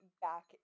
back